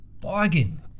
bargain